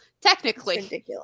Technically